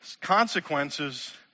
consequences